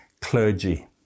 clergy